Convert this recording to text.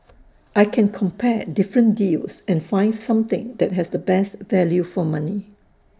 I can compare different deals and find something that has the best value for money